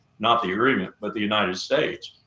not the agreement, but the united states.